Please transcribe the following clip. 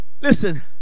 Listen